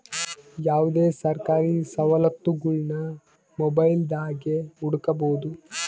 ಯಾವುದೇ ಸರ್ಕಾರಿ ಸವಲತ್ತುಗುಳ್ನ ಮೊಬೈಲ್ದಾಗೆ ಹುಡುಕಬೊದು